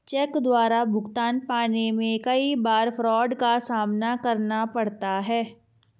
check द्वारा भुगतान पाने में कई बार फ्राड का सामना करना पड़ता है